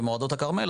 במבואות הכרמל,